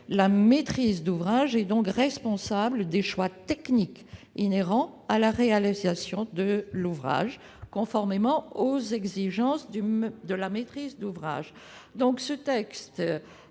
La maîtrise d'oeuvre est donc responsable des choix techniques inhérents à la réalisation de l'ouvrage, conformément aux exigences de la maîtrise d'ouvrage. Le texte